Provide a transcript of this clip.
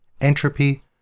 Entropy